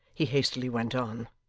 he hastily went on